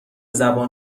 زبان